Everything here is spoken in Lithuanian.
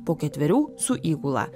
po ketverių su įgula